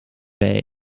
bay